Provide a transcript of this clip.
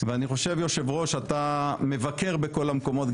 ואני חושב, יושב הראש, אתה מבקר בכל המקומות.